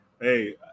Hey